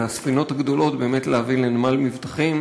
את הספינות הגדולות להביא לנמל מבטחים